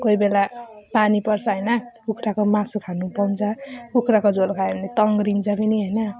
कोही बेला पानी पर्छ हैन कुखुराको मासु खानु पाउँछ कुखुराको झोल खायो भने तङ्ग्रिन्छ पनि हैन